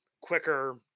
quicker